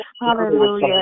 Hallelujah